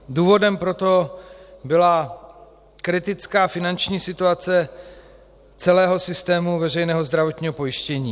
Důvodem pro to byla kritická finanční situace celého systému veřejného zdravotního pojištění.